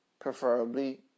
Preferably